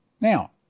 Now